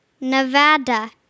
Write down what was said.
Nevada